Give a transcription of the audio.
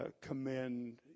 commend